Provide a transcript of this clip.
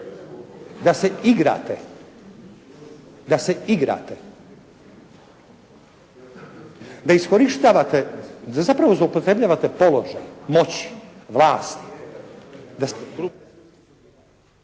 Da se igrate. Da se igrate. Da iskorištavate, da zapravo zloupotrebljavate položaj, moć, vlast.